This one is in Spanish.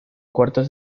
cuartos